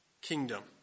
kingdom